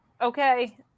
Okay